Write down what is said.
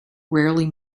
rarely